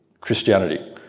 Christianity